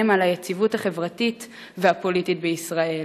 על היציבות החברתית והפוליטית בישראל.